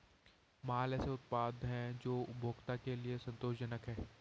माल ऐसे उत्पाद हैं जो उपभोक्ता के लिए संतोषजनक हैं